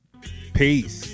Peace